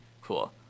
cool